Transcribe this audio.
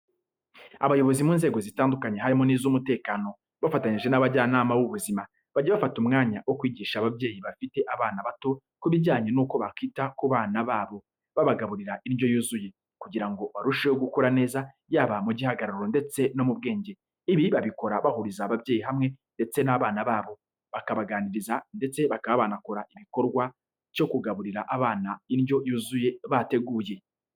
Abayobozi mu nzego zitandukanye harimo n'iz'umutekano, bafatanyije n'abajyanama b'ubuzima, bajya bafata umwanya wo kwigisha ababyeyi bafite abana bato kubijyanye nuko bakita ku bana babo babagaburira indyo yuzuye, kugira ngo barusheho gukura neza, yaba mu gihagararo ndetse no mu bwenge. Ibi babikora bahuriza ababyeyi hamwe ndetse n'abana babo, bakabaganiriza ndetse bakaba banakora igikorwa cyo kugaburira abana indyo yuzuye bateguye.